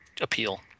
appeal